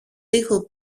τοίχο